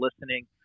listening